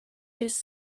his